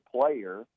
player